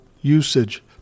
usage